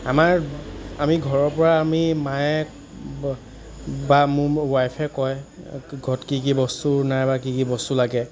আমাৰ আমি ঘৰৰ পৰা আমি মায়ে বা মোৰ ৱাইফে কয় ঘৰত কি কি বস্তু নাই বা কি কি বস্তু লাগে